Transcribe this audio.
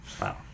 Wow